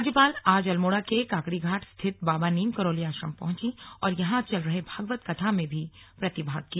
राज्यपाल आज अल्मोड़ा के काकड़ीघाट स्थित बाबा नीम करौली आश्रम पहुंची और यहां चल रहे भागवत कथा में भी प्रतिभाग किया